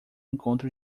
encontro